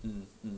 mm mm